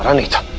um later.